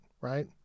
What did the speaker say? right